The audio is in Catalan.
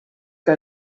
que